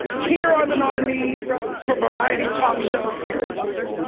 here are the nominees for variety talk show series